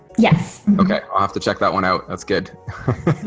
yes. okay i have to check that one out, thats good.